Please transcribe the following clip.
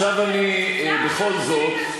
מה שאתם עושים ומה שאתם מאמינים בו.